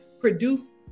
produce